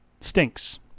stinks